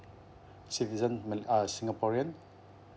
citizen ma~ uh singaporean